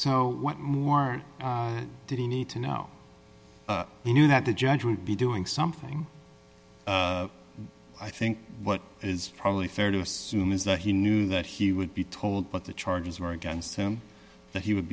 what more did he need to know he knew that the judge would be doing something i think what is probably fair to assume is that he knew that he would be told what the charges were against him that he would